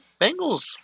Bengals